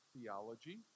theology